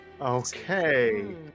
Okay